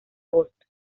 agosto